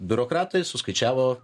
biurokratai suskaičiavo